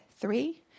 three